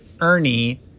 Ernie